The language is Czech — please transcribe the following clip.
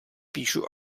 píšu